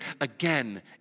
again